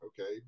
Okay